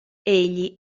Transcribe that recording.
egli